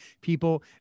people